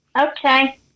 Okay